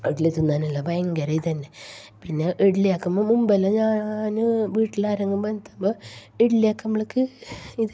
ഇഡലി തിന്നാനെല്ലാം ഭയങ്കര ഇത് തന്നെ പിന്നെ ഇഡലി ആക്കുമ്പോൾ മുൻപെല്ലാം ഞാൻ വീട്ടിൽ ആരെങ്കിലും വന്നിട്ടാകുമ്പോൾ ഇഡലി ആക്കുമ്പഴേക്ക്